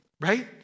right